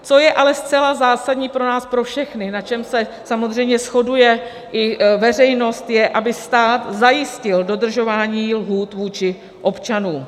Co je ale zcela zásadní pro nás pro všechny, na čem se samozřejmě shoduje i veřejnost, je, aby stát zajistil dodržování lhůt vůči občanům.